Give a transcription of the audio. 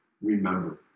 remember